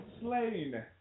slain